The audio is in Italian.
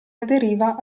aderiva